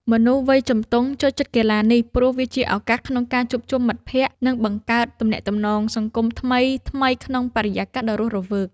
មនុស្សវ័យជំទង់ចូលចិត្តកីឡានេះ ព្រោះវាជាឱកាសក្នុងការជួបជុំមិត្តភក្តិ និងបង្កើតទំនាក់ទំនងសង្គមថ្មីៗក្នុងបរិយាកាសដ៏រស់រវើក។